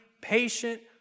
patient